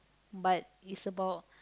but is about